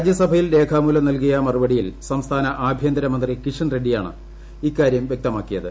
രാജ്യസഭയിൽ രേഖാമൂലം നൽകിയ മറുപടിയിൽ സംസ്ഥാന ആഭ്യന്തര മന്ത്രി കിഷൻ റെഡ്സിയാണ് ഇക്കാര്യം വ്യക്തമാക്കിയത്